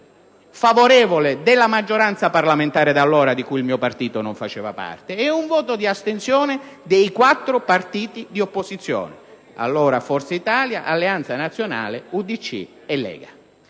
favorevole della maggioranza parlamentare di allora, di cui il mio partito non faceva parte, e un voto di astensione dei quattro partiti all'epoca all'opposizione: Forza Italia, Alleanza Nazionale, UDC e Lega.